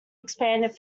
expanded